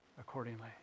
accordingly